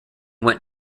went